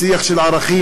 שיח של ערכים,